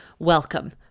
welcome